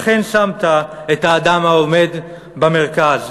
אכן שמת את האדם העובד במרכז,